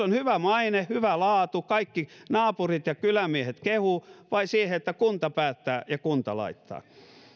on hyvä maine hyvä laatu jota kaikki naapurit ja kylän miehet kehuvat vai se malli missä kunta päättää ja kunta laittaa